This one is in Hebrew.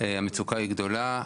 המצוקה היא גדולה,